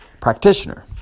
practitioner